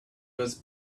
was